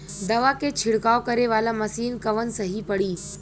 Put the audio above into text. दवा के छिड़काव करे वाला मशीन कवन सही पड़ी?